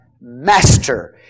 master